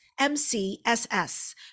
MCSS